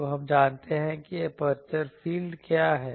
तो हम जानते हैं कि एपर्चर फील्ड क्या है